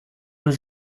was